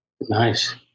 Nice